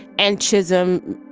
and chisholm,